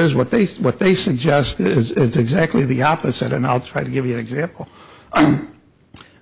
is what they say what they suggest is it's exactly the opposite and i'll try to give you an example